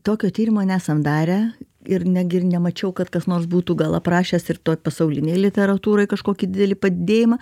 tokio tyrimo nesam darę ir netgi ir nemačiau kad kas nors būtų gal aprašęs ir toj pasaulinėj literatūroj kažkokį didelį padidėjimą